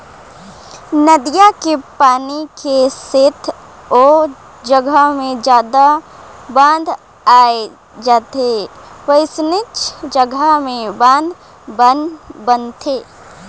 नदिया के पानी के सेथा ओ जघा मे जादा बाद आए जाथे वोइसने जघा में बांध बनाथे